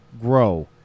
grow